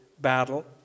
battle